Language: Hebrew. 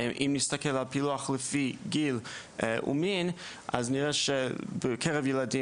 אם נסתכל על פילוח לפי גיל ומין אז נראה שבקרב ילדים